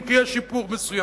אם כי יש שיפור מסוים,